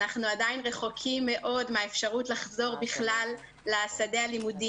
אנחנו עדיין מאוד רחוקים מהאפשרות לחזור בכלל לשדה הלימודי.